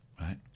right